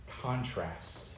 contrast